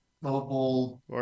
mobile